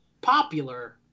popular